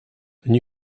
new